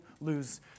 lose